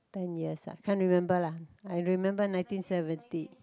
ten years ah can't remember lah I remember nineteen seventy